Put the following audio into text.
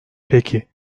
peki